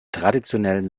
traditionellen